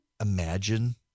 imagine